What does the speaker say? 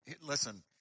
Listen